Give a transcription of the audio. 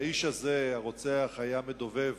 האיש הזה, הרוצח, היה מדובב